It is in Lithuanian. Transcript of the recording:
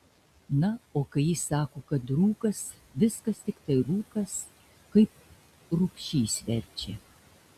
na o kai jis sako kad rūkas viskas tiktai rūkas kaip rubšys verčia